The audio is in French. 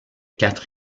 quatre